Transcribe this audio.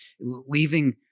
leaving